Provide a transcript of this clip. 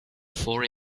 for